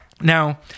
Now